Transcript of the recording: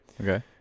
Okay